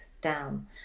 down